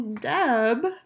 Deb